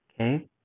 okay